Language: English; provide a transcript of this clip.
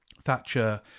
Thatcher